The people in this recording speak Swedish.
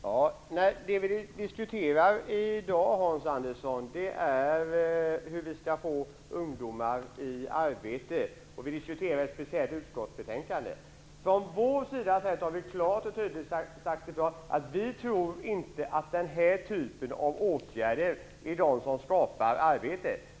Herr talman! Det vi diskuterar i dag, Hans Andersson, är hur vi skall få ungdomar i arbete. Vi diskuterar ett speciellt utskottsbetänkande. Vi har från vår sida klart och tydligt sagt att vi inte tror att den här typen av åtgärder är det som skapar arbete.